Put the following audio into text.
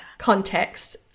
context